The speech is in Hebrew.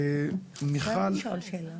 אפשר לשאול שאלה?